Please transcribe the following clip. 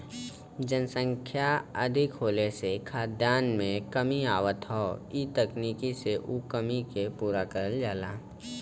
जनसंख्या अधिक होले से खाद्यान में कमी आवत हौ इ तकनीकी से उ कमी के पूरा करल जाला